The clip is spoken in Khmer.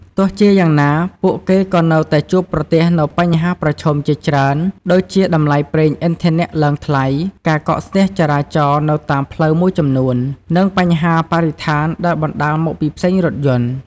ទោះជាយ៉ាងណា ពួកគេក៏នៅតែជួបប្រទះនូវបញ្ហាប្រឈមជាច្រើនដូចជាតម្លៃប្រេងឥន្ធនៈឡើងថ្លៃ ការកកស្ទះចរាចរណ៍នៅតាមផ្លូវមួយចំនួន និងបញ្ហាបរិស្ថានដែលបណ្តាលមកពីផ្សែងរថយន្ត។